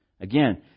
Again